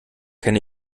kenne